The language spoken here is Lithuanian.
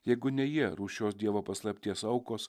jeigu ne jie rūsčios dievo paslapties aukos